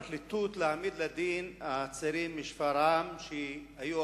החלטת הפרקליטות להעמיד לדין צעירים משפרעם שהיו